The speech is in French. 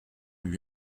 lui